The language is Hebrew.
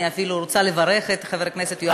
אני אפילו רוצה לברך את חבר הכנסת יואב קיש על הצעת החוק.